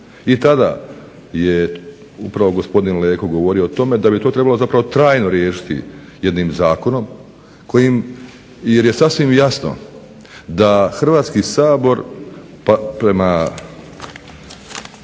I tada je upravo gospodin Leko govorio o tome da bi to trebalo zapravo trajno riješiti jednim zakonom jer je sasvim jasno da Hrvatski sabor pa